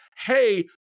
hey